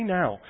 now